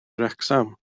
wrecsam